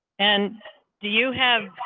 and do you have,